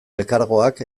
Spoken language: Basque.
elkargoak